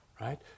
right